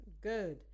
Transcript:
Good